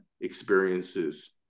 experiences